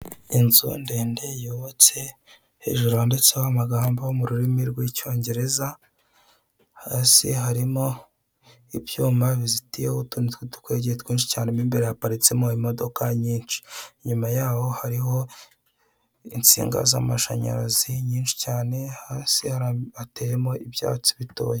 Inzu ndende yubatse hejuru handitseho amagambo mu rurimi rw'Icyongereza hasi harimo ibyuma bizitiyeho utuntu tw'udukwege twinshi cyane, mo imbere haparitsemo imodoka nyinshi, inyuma yaho hariho insinga z'amashanyarazi nyinshi cyane, hasi hateyemo ibyatsi bitoya.